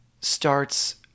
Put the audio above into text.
starts